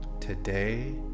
Today